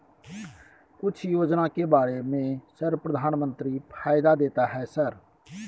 कुछ योजना के बारे में सर प्रधानमंत्री फायदा देता है सर?